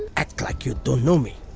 act like you don't know me.